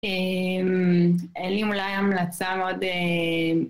אין לי אולי המלצה מאוד...